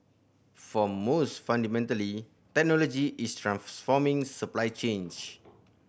for most fundamentally technology is transforming supply chains